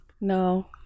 No